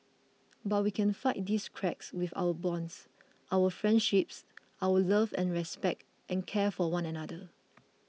but we can fight these cracks with our bonds our friendships our love and respect and care for one another